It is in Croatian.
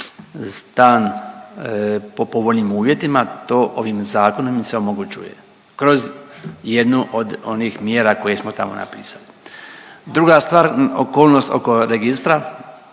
stan po povoljnim uvjetima to ovim zakonom im se omogućuje kroz jednu od onih mjera koje smo tamo napisali. Druga stvar, okolnost oko registra